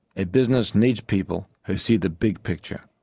a business needs people who see the big picture,